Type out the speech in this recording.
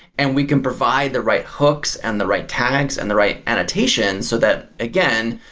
and we can provide the right hooks and the right tags and the right annotations so that again,